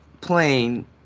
plane